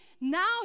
Now